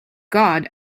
god